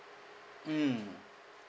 mm